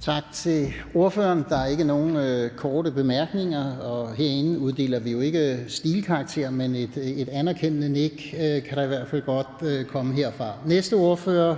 Tak til ordføreren. Der er ikke nogen korte bemærkninger. Herinde uddeler vi jo ikke stilkarakter, men et anerkendende nik kan der i hvert fald godt komme herfra. Næste ordfører